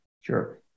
Sure